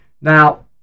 Now